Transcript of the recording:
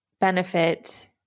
benefit